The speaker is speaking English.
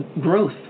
growth